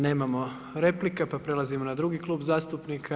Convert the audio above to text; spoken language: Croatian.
Nemamo replika pa prelazimo na drugi klub zastupnika.